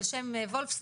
על שם וולפסון,